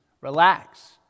Relax